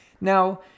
Now